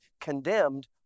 condemned